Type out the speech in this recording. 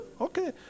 okay